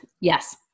Yes